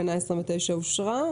תקנה 29 אושרה.